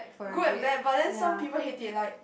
good and bad but then some people hate it like